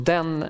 Den